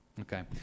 Okay